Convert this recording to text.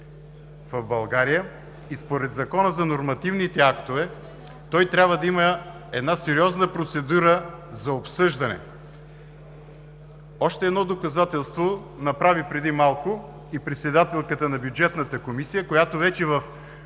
в България и според Закона за нормативните актове, той трябва да има една сериозна процедура за обсъждане. Още едно доказателство направи преди малко и председателката на Бюджетната комисия, която вече в Закона